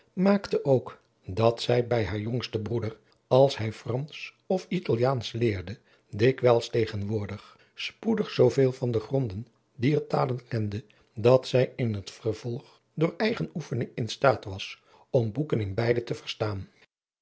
maakte ook dat zij bij haar jongsten broeder als hij fransch of italiaansch leerde dikwijls tegenwoordig spoedig zooveel van de gronden dier talen kende dat zij in het vervolg door eigen oefening in staat was om boeken in beide te verstaan